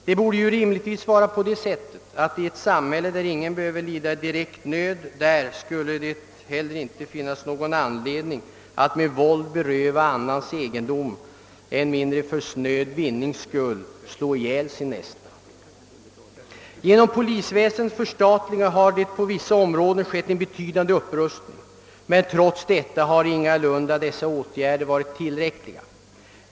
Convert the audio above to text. Det borde rimligtvis i stället vara på det sättet att i ett samhälle där ingen behöver lida direkt nöd skulle det heller inte finnas någon anledning att med våld beröva någon hans egendom, än mindre för snöd vinnings skull slå ihjäl sin nästa. Sedan polisväsendet förstatligats har det på vissa områden skett en betydande upprustning, men åtgärderna har ändå inte varit tillräckliga.